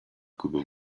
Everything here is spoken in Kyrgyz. күбө